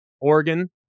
Oregon